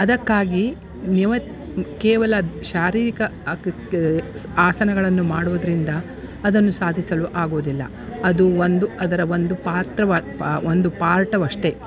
ಅದಕ್ಕಾಗಿ ನಿಯಮಿತ ಕೇವಲ ಶಾರೀರಿಕ ಆಸನಗಳನ್ನು ಮಾಡೋದ್ರಿಂದ ಅದನ್ನು ಸಾಧಿಸಲು ಆಗೂದಿಲ್ಲ ಅದು ಒಂದು ಅದರ ಒಂದು ಪಾತ್ರವ ಪಾ ಒಂದು ಪಾರ್ಟ್ ಅಷ್ಟೇ